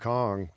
Kong